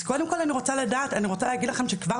אז קודם כל אני רוצה להגיד לכם שכבר